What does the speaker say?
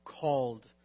called